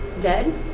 dead